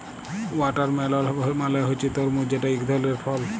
watermelon মালে হছে তরমুজ যেট ইক ধরলের ফল